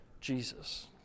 Jesus